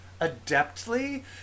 adeptly